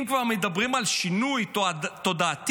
אם כבר מדברים על שינוי תודעתי,